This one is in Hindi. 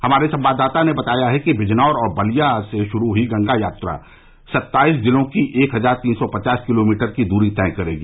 हमारे संवाददाता ने बताया है कि बलिया और बिजनौर से शुरू हई गंगा यात्रा सत्ताईस जिलों की एक हजार तीन सौ पचास किलोमीटर की दूरी तय करेगी